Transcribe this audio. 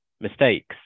mistakes